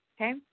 okay